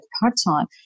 part-time